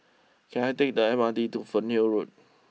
can I take the M R T to Fernhill Road